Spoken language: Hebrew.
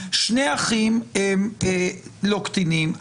שני אחים הם לא קטינים,